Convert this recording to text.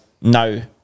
no